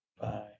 Bye